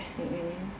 mmhmm